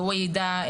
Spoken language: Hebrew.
והוא יידע,